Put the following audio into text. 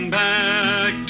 back